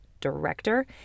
director